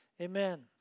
amen